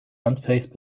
unfazed